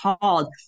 called